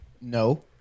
No